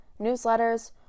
newsletters